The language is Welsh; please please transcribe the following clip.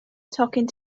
tocyn